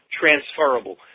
transferable